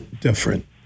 different